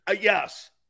Yes